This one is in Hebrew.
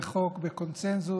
זה חוק בקונסנזוס,